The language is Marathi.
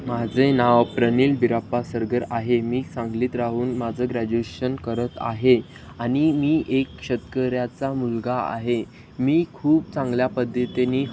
माझे नाव प्रनिल बिराप्पा सरगर आहे मी सांगलीत राहून माझं ग्रॅज्युएशन करत आहे आणि मी एक शेतकऱ्याचा मुलगा आहे मी खूप चांगल्या पद्धतीने